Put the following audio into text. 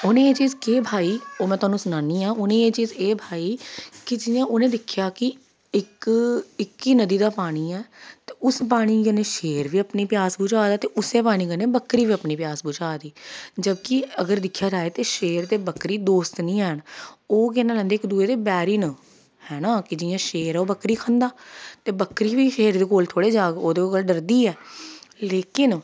उ'नेंगी एह् चीज केह् बहाई ओह् में थुआनूं सनानी आं उ'नेंगी एह् चीज एह् बहाई कि जियां उ'नें दिक्खेआ कि इक इक ही नदी दा पानी ऐ ते उस पानी कन्नै शेर बी अपनी प्यास बुझा दा ते उस्सै पानी कन्नै बक्करी बी अपनी प्यास बुझा दी जब कि अगर दिक्खेआ जाए ते शेर ते बक्करी दोस्त निं हैन ओह् केह् नांऽ लैंदे इक दूए दे बैरी न हैना कि जियां शेर ऐ ओह् करी खंदा ते बक्करी बी शेर दे कोल थोह्ड़े जाह्ग ओह् ते ओह्दे कोला डरदी ऐ लेकिन